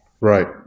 Right